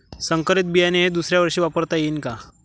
संकरीत बियाणे हे दुसऱ्यावर्षी वापरता येईन का?